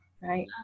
right